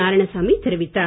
நாராயணசாமி தெரிவித்தார்